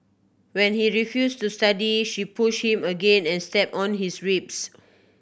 when he refused to study she pushed him again and stepped on his ribs